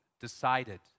decided